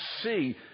see